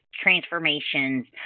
transformations